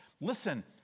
listen